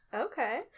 Okay